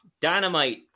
dynamite